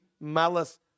malice